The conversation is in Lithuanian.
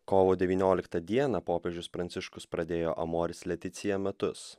kovo devynioliktą dieną popiežius pranciškus pradėjo amoris leticija metus